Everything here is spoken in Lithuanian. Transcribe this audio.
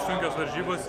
sunkios varžybos